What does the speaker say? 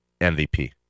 MVP